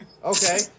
okay